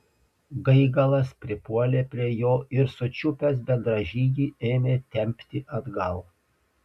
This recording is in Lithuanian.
gaigalas pripuolė prie jo ir sučiupęs bendražygį ėmė tempti atgal